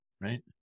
right